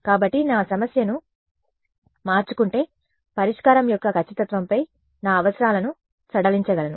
కాబట్టి నేను నా సమస్యను మార్చుకుంటే పరిష్కారం యొక్క ఖచ్చితత్వంపై నా అవసరాలను సడలించగలను